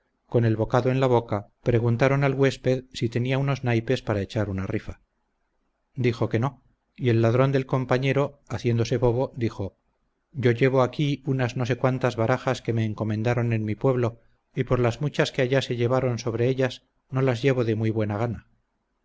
con el bocado en la boca preguntaron al huésped si tenía unos naipes para echar una rifa dijo que no y el ladrón del compañero haciéndose bobo dijo yo llevo aquí unas no sé cuántas barajas que me encomendaron en mi pueblo y por las muchas que allá se levantan sobre ellas no las llevo de muy buena gana